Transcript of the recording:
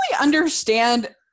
understand